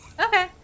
okay